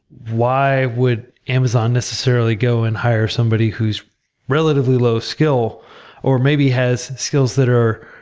why would amazon necessarily go and hire somebody who's relatively low skill or maybe has skills that are